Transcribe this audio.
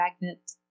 magnet